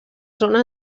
zona